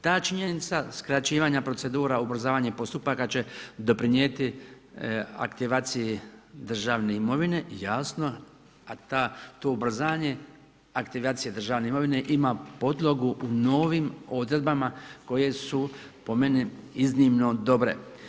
Ta činjenica skraćivanja procedura ubrzavanje postupaka će doprinijeti aktivaciji državne imovine, a to ubrzanje aktivacije državne imovine ima podlogu u novim odredbama koje su po meni iznimno dobre.